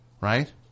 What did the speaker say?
Right